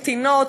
קטינות,